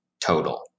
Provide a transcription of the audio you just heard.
total